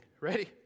Ready